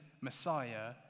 Messiah